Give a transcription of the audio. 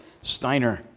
Steiner